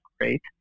great